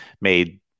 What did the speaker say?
made